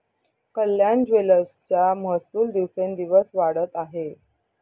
कल्याण ज्वेलर्सचा महसूल दिवसोंदिवस वाढत आहे